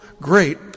great